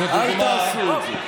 אל תעשו את זה.